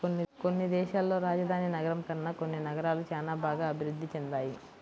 కొన్ని దేశాల్లో రాజధాని నగరం కన్నా కొన్ని నగరాలు చానా బాగా అభిరుద్ధి చెందాయి